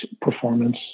performance